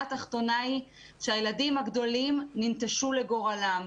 שהילדים הגדולים ננטשו לגורלם.